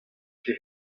ket